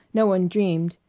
no one dreamed,